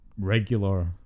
Regular